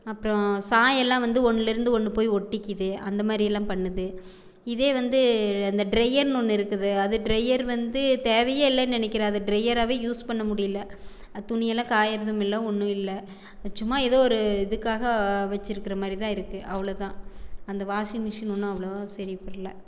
அப்புறம் சாயம் எல்லாம் வந்து ஒன்றுல இருந்து ஒன்று போய் ஒட்டிக்குது அந்த மாதிரி எல்லாம் பண்ணுது இதே வந்து அந்த ட்ரையர்ன்னு ஒன்று இருக்குது அது ட்ரையர் வந்து தேவையே இல்லைன்னு நினைக்கிறேன் அதை ட்ரையராகவே யூஸ் பண்ண முடியல அது துணி எல்லாம் காயிறதும்மில்ல ஒன்றும் இல்லை சும்மா ஏஎதோ ஒரு இதுக்காக வெச்சுருக்குற மாதிரிதான் இருக்குது அவ்வளோதான் அந்த வாஷிங் மிஷின் ஒன்றும் அவ்வளோவா சரி படல